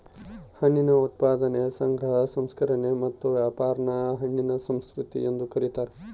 ಹಣ್ಣಿನ ಉತ್ಪಾದನೆ ಸಂಗ್ರಹ ಸಂಸ್ಕರಣೆ ಮತ್ತು ವ್ಯಾಪಾರಾನ ಹಣ್ಣಿನ ಸಂಸ್ಕೃತಿ ಎಂದು ಕರೀತಾರ